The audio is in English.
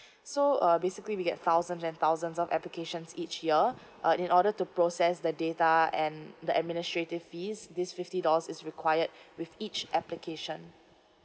so uh basically we get thousands and thousands of applications each year uh in order to process the data and the administrative fees this fifty dollars is required with each application